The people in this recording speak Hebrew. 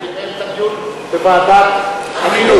היא לקיים את הדיון בוועדת החינוך.